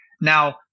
Now